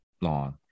long